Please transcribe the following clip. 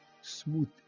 smooth